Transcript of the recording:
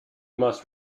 must